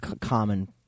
common